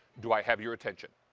do i have your attention?